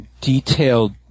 detailed